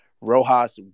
Rojas